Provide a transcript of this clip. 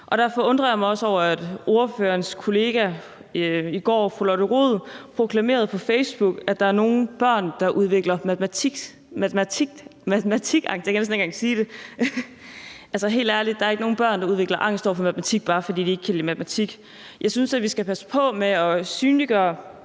og derfor undrer jeg mig også over, at ordførerens kollega fru Lotte Rod i går på Facebook proklamerede, at der er nogle børn, der udvikler matematikangst. Helt ærligt, der er ikke nogen børn, der udvikler angst for matematik, bare fordi de ikke kan lide matematik. Jeg synes, vi skal passe på med at sygeliggøre